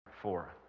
four